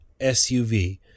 SUV